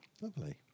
Lovely